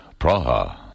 Praha